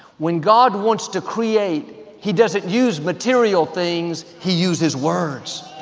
when god wants to create, he doesn't use material things, he uses words.